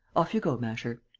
off you go, masher!